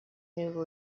new